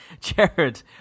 Jared